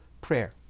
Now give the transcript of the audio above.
prayer